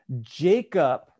Jacob